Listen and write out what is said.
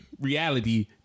reality